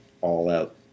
all-out